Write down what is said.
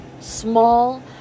small